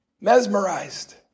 mesmerized